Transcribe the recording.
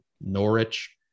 Norwich